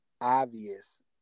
obvious